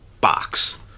box